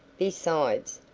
besides,